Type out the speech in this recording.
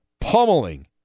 pummeling